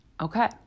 Okay